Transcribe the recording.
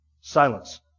silence